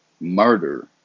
Murder